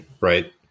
right